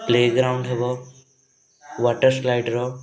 play ground ହେବ water slider